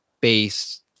base